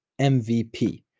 MVP